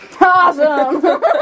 Awesome